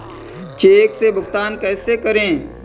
Check से भुगतान कैसे करें?